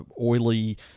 oily